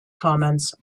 comments